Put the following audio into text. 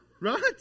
right